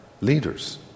leaders